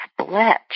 split